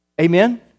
Amen